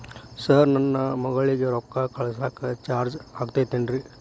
Sir ನನ್ನ ಮಗಳಗಿ ರೊಕ್ಕ ಕಳಿಸಾಕ್ ಚಾರ್ಜ್ ಆಗತೈತೇನ್ರಿ?